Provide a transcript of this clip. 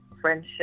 friendship